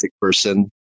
person